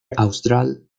austral